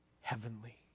heavenly